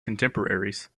contemporaries